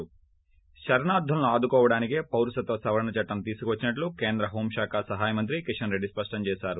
ి శరణార్గులను ఆదుకోవడానికే పౌరసత్వ సవరణ చట్లం తీసుకువచ్చినట్లు కేంద్ర హోం శాఖ సహాయ మంత్రి కిషన్ రెడ్డి స్పష్టం చేశారు